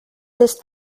ist